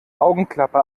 augenklappe